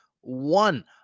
one